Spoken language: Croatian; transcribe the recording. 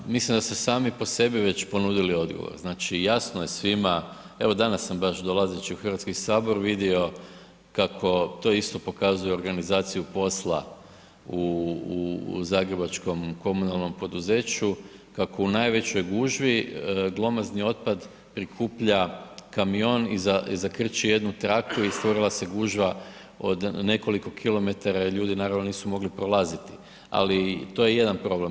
Pa mislim da ste sami po sebi već ponudili odgovor, znači jasno je svima, evo danas sam baš dolazeći u Hrvatski sabor vidio kako to isto pokazuje organizaciju posla u zagrebačkom komunalnom poduzeću, kako u najvećoj gužvi glomazni otpad prikuplja kamion i zakrči jednu traku i stvorila se gužva od nekoliko kilometara jer ljudi naravno nisu mogli prolaziti, ali to je jedan problem.